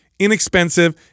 Inexpensive